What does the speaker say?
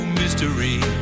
mystery